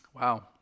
Wow